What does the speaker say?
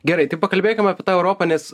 geraitai pakalbėkim apie tą europą nes